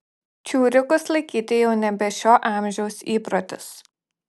čiurikus laikyti jau nebe šio amžiaus įprotis